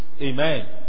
Amen